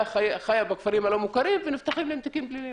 חיה בכפרים הלא מוכרים ונפתחים להם תיקים פליליים,